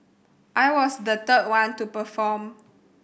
I was the third one to perform